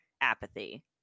apathy